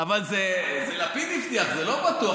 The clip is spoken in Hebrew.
אבל זה לפיד הבטיח, זה לא בטוח.